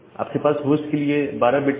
आपके पास होस्ट के लिए 12 बिट्स है